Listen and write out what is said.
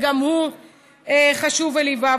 וגם הוא חשוב וליווה.